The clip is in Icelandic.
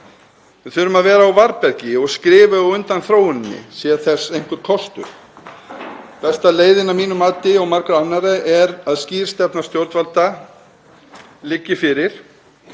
Við þurfum að vera á varðbergi og vera skrefi á undan þróuninni sé þess einhver kostur. Besta leiðin að mínu mati og margra annarra er að skýr stefna stjórnvalda liggi fyrir